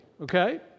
okay